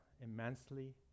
immensely